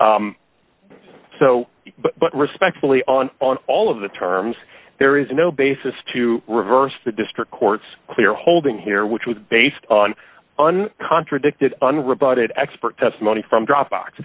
so but respectfully on on all of the terms there is no basis to reverse the district court's clear holding here which was based on un contradicted unrebutted expert testimony from dropbox